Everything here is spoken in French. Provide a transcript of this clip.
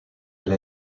elle